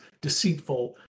deceitful